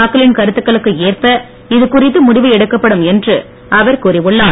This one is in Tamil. மக்களின் கருத்துகளுக்கு ஏற்பவே இதுகுறித்து முடிவு எடுக்கப்படும் என்று அவர் கூறி உள்ளார்